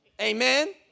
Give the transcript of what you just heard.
Amen